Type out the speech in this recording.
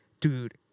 dude